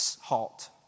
halt